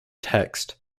text